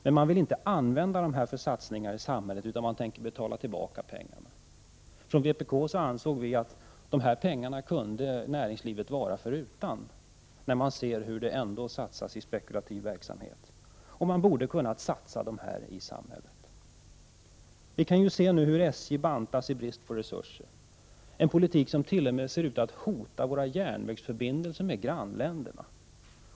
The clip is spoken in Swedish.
Men man vill inte använda dessa medel för satsningar i samhället utan tänker betala tillbaka pengarna. Från vpk ansåg vi att näringslivet kunde vara de här pengarna förutan, när vi såg hur det ändå satsas i spekulativ verksamhet. Vi kan ju t.ex. se hur SJ bantas i brist på resurser — en politik som nu t.o.m. ser ut att hota våra järnvägsförbindelser med grannländerna.